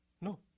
No